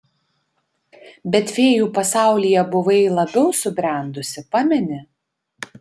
bet fėjų pasaulyje buvai labiau subrendusi pameni